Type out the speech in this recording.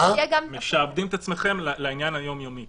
------ אתם משעבדים את עצמכם לעניין היומיומי.